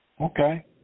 Okay